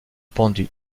pendu